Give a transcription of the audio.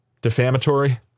defamatory